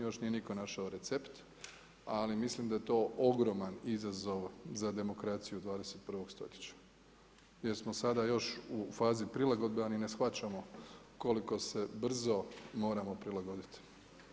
Još nije nitko našao recept, ali mislim da to je to ogroman izazov za demokraciju 21. stoljeća jer smo sada još u fazi prilagodbe, a ni ne shvaćamo koliko se brzo moramo prilagoditi.